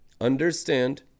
Understand